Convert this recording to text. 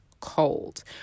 cold